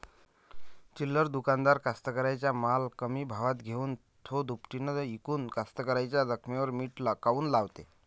चिल्लर दुकानदार कास्तकाराइच्या माल कमी भावात घेऊन थो दुपटीनं इकून कास्तकाराइच्या जखमेवर मीठ काऊन लावते?